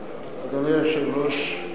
אדוני היושב-ראש,